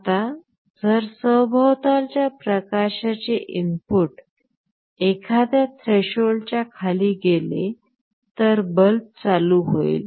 आता जर सभोवतालच्या प्रकाशाचे इनपुट एखाद्या थ्रेशओल्डच्या खाली गेले तर बल्ब चालू होईल